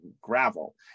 gravel